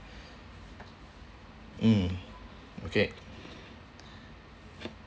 mm okay